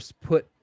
put